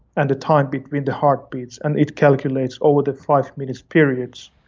and the time between the heartbeats, and it calculates over the five minutes periods.